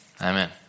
Amen